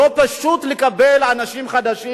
לא פשוט לקבל אנשים חדשים,